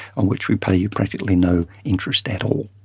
on which we pay you practically no interest at all.